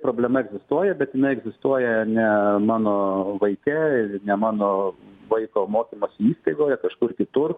problema egzistuoja bet jinai egzistuoja ne mano vaike ne mano vaiko mokymosi įstaigoj o kažkur kitur